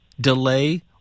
delay